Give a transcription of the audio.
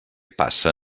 passa